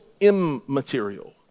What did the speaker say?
immaterial